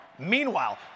Meanwhile